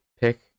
pick